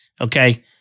Okay